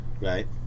right